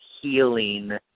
healing